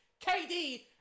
KD